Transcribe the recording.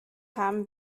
haben